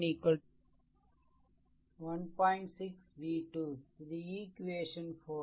6 v2 இது equation 4